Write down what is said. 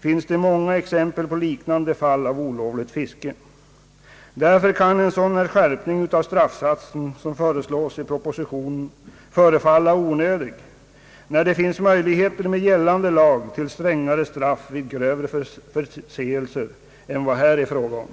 finns det många exempel på liknande fall av olovligt fiske. Därför kan en sådan skärpning av straffsatsen som föreslås i propositionen förefalla onödig, eftersom det enligt gällande lag redan finns möjligheter till strängare straff vid grövre förseelser än det här är fråga om.